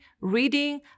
reading